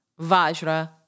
Vajra